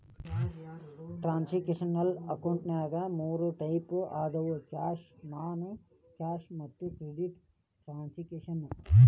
transactional ಅಕೌಂಟಿನ್ಯಾಗ ಮೂರ್ type ಅದಾವ ಕ್ಯಾಶ್ ನಾನ್ ಕ್ಯಾಶ್ ಮತ್ತ ಕ್ರೆಡಿಟ್ ಟ್ರಾನ್ಸಾಕ್ಷನ